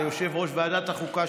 ליושב-ראש ועדת החוקה,